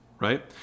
right